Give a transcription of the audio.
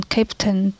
Captain 、